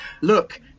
look